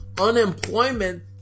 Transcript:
unemployment